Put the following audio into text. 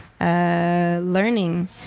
learning